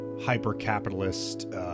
hyper-capitalist